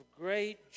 great